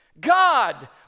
God